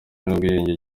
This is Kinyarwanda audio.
n’ubwiyunge